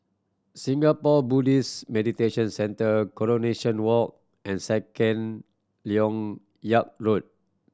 Singapore Buddhist Meditation Centre Coronation Walk and Second Lok Yang Road